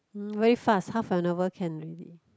hmm very fast half an hour can already